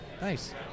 Nice